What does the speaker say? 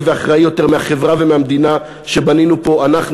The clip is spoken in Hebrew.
אחראי יותר מהחברה ומהמדינה שבנינו פה אנחנו,